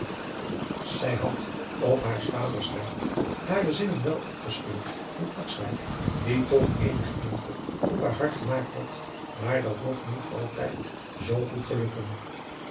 zij had op haars vaders raad hare zinnen wel afgescheurd van akswijk die toch eenigen indruk op haar hart gemaakt had maar dat mogt niet altijd zoo goed gelukken